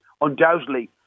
undoubtedly